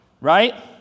right